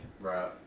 Right